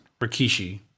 Rikishi